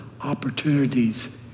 opportunities